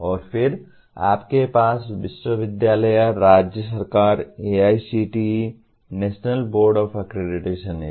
और फिर आपके पास विश्वविद्यालय राज्य सरकार AICTE national board of accreditation है